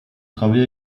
travaillé